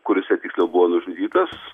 kur jisai tiksliau buvo nužudytas